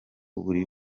buri